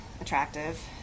attractive